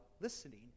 listening